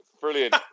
Brilliant